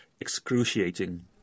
excruciating